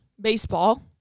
Baseball